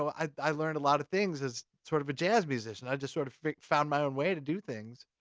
i learned a lot of things, as sort of a jazz musician. i just sort of found my own way to do things.